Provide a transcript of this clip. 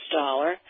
dollar